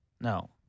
No